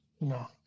No